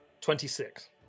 26